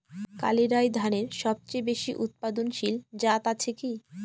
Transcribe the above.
কালিরাই ধানের সবচেয়ে বেশি উৎপাদনশীল জাত আছে কি?